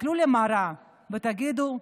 תסתכלו למראה ותגידו,